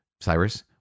Cyrus